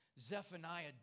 Zephaniah